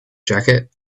jacket